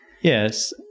Yes